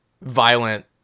violent